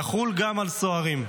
יחל גם על סוהרים.